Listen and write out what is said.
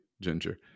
Ginger